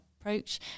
approach